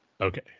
okay